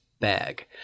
bag